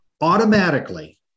automatically